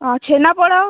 ଆଉ ଛେନାପୋଡ଼